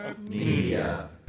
Media